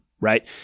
Right